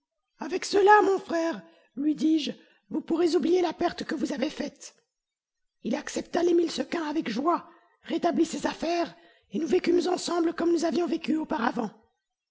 avec cela mon frère lui dis-je vous pourrez oublier la perte que vous avez faite il accepta les mille sequins avec joie rétablit ses affaires et nous vécûmes ensemble comme nous avions vécu auparavant